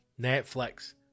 Netflix